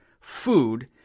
food